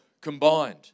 combined